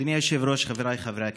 אדוני היושב-ראש, חבריי חברי הכנסת,